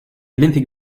olympic